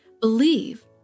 believe